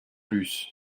plus